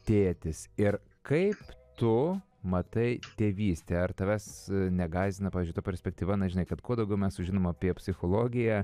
tėtis ir kaip tu matai tėvystę ar tavęs negąsdina pavyzdžiui ta perspektyva na žinai kad kuo daugiau mes sužinom apie psichologiją